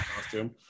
costume